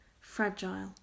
fragile